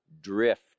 drift